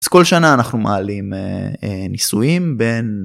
אז כל שנה אנחנו מעלים ניסויים בין...